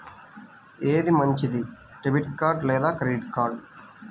ఏది మంచిది, debit card లేదా క్రెడిట్ కార్డ్?